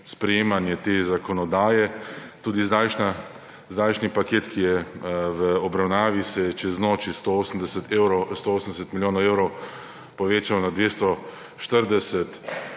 sprejemanje te zakonodaje. Tudi zdajšnji paket, ki je v obravnavi, se je čez noč iz 180 evrov, 180 milijonov evrov povečal na 240